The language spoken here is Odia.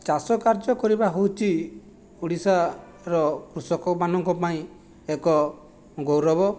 ଚାଷ କାର୍ଯ୍ୟ କରିବା ହେଉଛି ଓଡ଼ିଶାର କୃଷକମାନଙ୍କ ପାଇଁ ଏକ ଗୌରବ